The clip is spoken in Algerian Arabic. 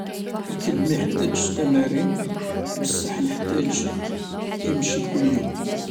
الكلب ميحتاجش تمارين بصح يحتاج يمشي كل يوم.